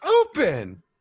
open